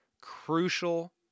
crucial